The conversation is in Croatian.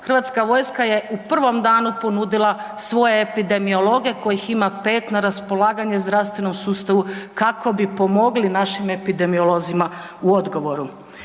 Hrvatska vojska je u prvom danu ponudila svoje epidemiologe kojih ima 5 na raspolaganju u zdravstvenom sustavu kako bi pomogli našim epidemiolozima u odgovoru.